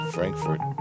Frankfurt